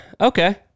Okay